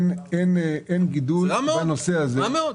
זה רע מאוד.